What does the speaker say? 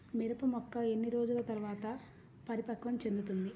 మిరప మొక్క ఎన్ని రోజుల తర్వాత పరిపక్వం చెందుతుంది?